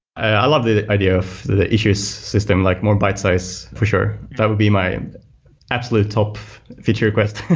i love the the idea of the issue system, like more bite size for sure. that would be my absolute top feature request.